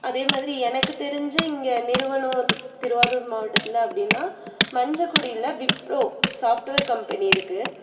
அதேமாதிரி எனக்கு தெரிஞ்ச இங்கே நிறுவனம் திருவாரூர் மாவட்டத்தில் அப்படீனா மஞ்சகுடியில விப்ரோ சாப்ட்வேர் கம்பெனி இருக்கு